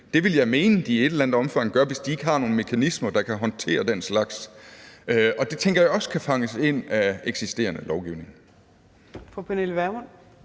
Det vil jeg mene de i et eller andet omfang gør, hvis de ikke har nogle mekanismer, der kan håndtere den slags, og det tænker jeg også kan fanges ind af eksisterende lovgivning.